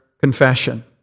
confession